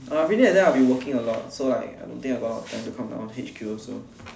uh between exam I'll be working a lot so like I don't think I got a lot of time to come down H_Q also